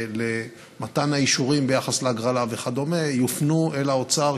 למתן האישורים ביחס להגרלה וכדומה יופנו אל האוצר,